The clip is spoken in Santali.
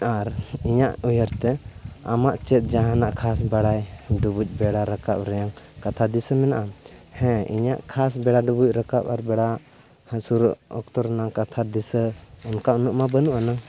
ᱟᱨ ᱤᱧᱟᱜ ᱩᱭᱦᱟᱹᱨᱛᱮ ᱟᱢᱟᱜ ᱪᱮᱫ ᱡᱟᱦᱟᱱᱟᱜ ᱠᱷᱟᱥ ᱵᱟᱲᱟᱭ ᱰᱩᱵᱩᱡ ᱵᱮᱲᱟ ᱨᱟᱠᱟᱵᱨᱮ ᱠᱟᱛᱷᱟ ᱫᱤᱥᱟᱹ ᱢᱮᱱᱟᱜᱼᱟ ᱦᱮᱸ ᱤᱧᱟᱹᱜ ᱠᱷᱟᱥ ᱵᱮᱲᱟ ᱰᱩᱵᱩᱡ ᱨᱟᱠᱟᱵ ᱟᱨ ᱵᱮᱲᱟ ᱦᱟᱹᱥᱩᱨᱚᱜ ᱚᱠᱛᱚ ᱨᱮᱱᱟᱜ ᱠᱟᱛᱷᱟ ᱫᱤᱥᱟᱹ ᱚᱱᱠᱟ ᱩᱱᱟᱹᱜᱢᱟ ᱵᱟᱱᱩᱜ ᱟᱱᱟᱝ